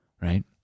right